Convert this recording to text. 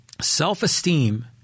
self-esteem